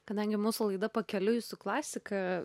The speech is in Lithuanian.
kadangi mūsų laida pakeliui su klasika